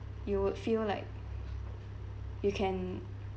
you would feel like you can